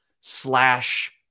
slash